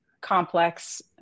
complex